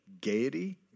Gaiety